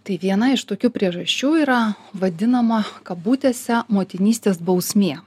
tai viena iš tokių priežasčių yra vadinama kabutėse motinystės bausmė